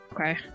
okay